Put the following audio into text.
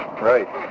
Right